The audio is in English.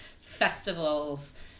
festivals